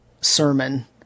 sermon